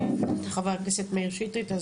חבר הכנסת מאיר שטרית,